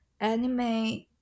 anime